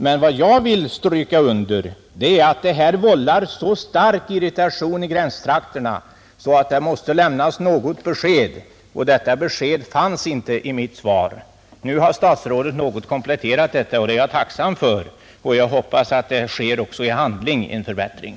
Men vad jag vill understryka är att de nuvarande förhållandena vållar så stark irritation i gränstrakterna att något besked i frågan måste lämnas. Något sådant besked gavs inte i svaret. Nu har statsrådet något kompletterat detta, och det är jag tacksam för. Jag hoppas att en förbättring kommer att ske också i handling.